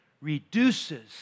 reduces